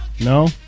no